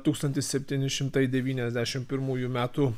tūkstantis septyni šimtai devyniasdešimt pirmųjų metų